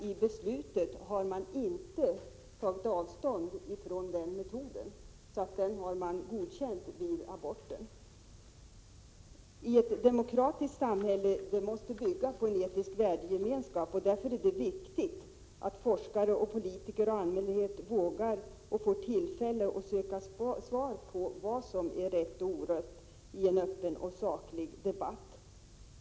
I beslutet har man inte tagit avstånd från denna metod. Den har därigenom godkänts vid aborten. Ett demokratiskt samhälle måste bygga på en etisk värdegemenskap. Det är därför viktigt att forskare, politiker och allmänhet vågar och får tillfälle att i en öppen och saklig debatt söka svar på vad som rätt och orätt.